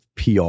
PR